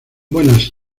buenas